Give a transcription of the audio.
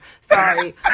Sorry